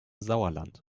sauerland